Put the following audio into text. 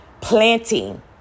planting